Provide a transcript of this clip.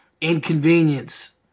inconvenience